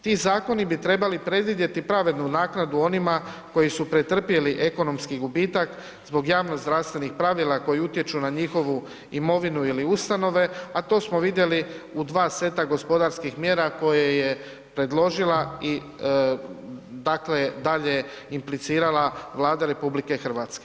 Ti zakoni bi trebali predvidjeti pravednu naknadu onima koji su pretrpjeli ekonomski gubitak zbog javnozdravstvenih pravila koji utječu na njihovu imovinu ili ustanove, a to smo vidjeli u dva seta gospodarskih mjera koje je predložila i dalje implicirala Vlada RH.